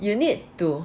you need to